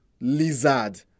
lizard